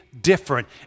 different